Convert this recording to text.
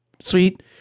Sweet